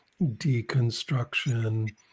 deconstruction